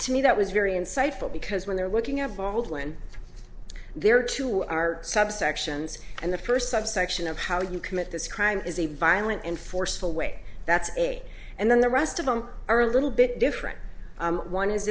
to me that was very insightful because when they're looking at baldwin there are two are subsections and the first subsection of how you commit this crime is a violent and forceful way that's eight and then the rest of them are a little bit different one is